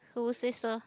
who say so